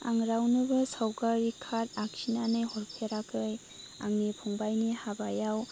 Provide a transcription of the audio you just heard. आङो रावनोबो सावगारि कार्ड खिनानै हरफेराखै आंनि फंबायनि हाबायाव